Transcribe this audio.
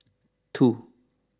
two